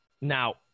Now